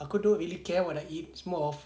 aku don't really care what I eat more of